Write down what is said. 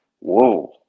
whoa